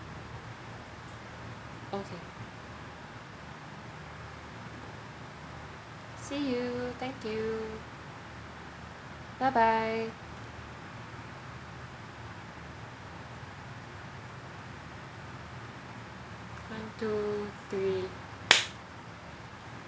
okay see you thank you bye bye one two three